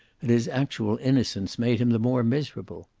and his actual innocence made him the more miserable.